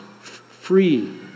free